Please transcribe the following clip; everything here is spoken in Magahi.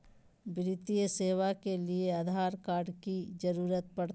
वित्तीय सेवाओं के लिए आधार कार्ड की जरूरत पड़ सकता है?